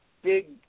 Big